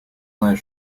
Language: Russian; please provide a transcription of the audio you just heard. знает